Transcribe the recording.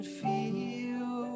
feel